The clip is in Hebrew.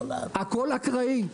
הכול אקראי.